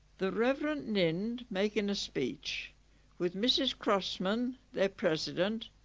the reverend nind making a speech with mrs crossman, their president,